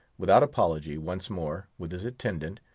without apology, once more, with his attendant,